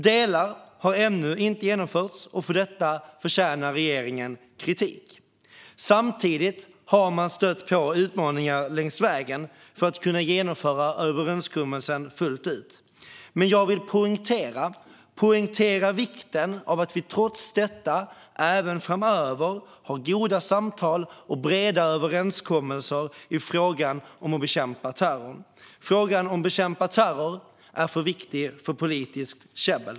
Delar har ännu inte genomförts, och för detta förtjänar regeringen kritik. Samtidigt har man stött på utmaningar längst vägen för att kunna genomföra överenskommelsen fullt ut, men jag vill poängtera vikten av att vi trots detta även framöver har goda samtal och breda överenskommelser när det gäller att bekämpa terrorn. Frågan om att bekämpa terrorn är för viktig för politiskt käbbel.